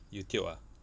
you tio ah